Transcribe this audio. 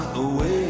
away